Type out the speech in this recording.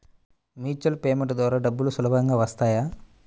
Virtual payment ద్వారా డబ్బులు సులభంగా వస్తాయా?